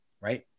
right